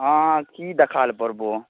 हँ कि देखाल पड़बौ